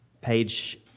page